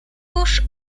kurz